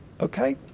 okay